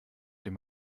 dem